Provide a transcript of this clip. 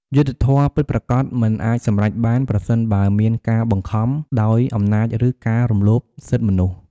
យុត្តិធម៌ពិតប្រាកដមិនអាចសម្រេចបាន ប្រសិនបើមានការបង្ខំដោយអំណាចឬការរំលោភសិទ្ធិមនុស្ស។